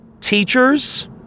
teachers